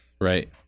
right